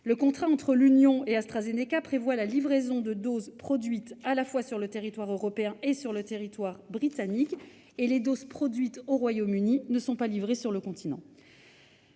Le contrat entre l'Union et AstraZeneca prévoit la livraison de doses produites à la fois sur le territoire européen et sur le territoire britannique ; or les doses produites au Royaume-Uni ne sont pas livrées sur le continent.